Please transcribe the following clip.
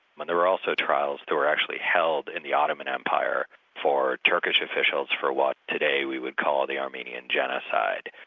but there were also trials that were actually held in the ottoman empire for turkish officials for what today we would call the armenian genocide.